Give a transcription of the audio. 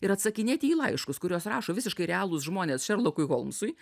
ir atsakinėti į laiškus kuriuos rašo visiškai realūs žmonės šerlokui holmsui